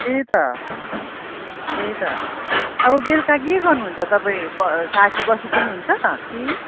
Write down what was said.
त्यही त त्यही त अब बेलुका के गर्नुहुन्छ तपाईँ ब साथी बसिदिनुहुन्छ कि